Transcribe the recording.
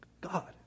God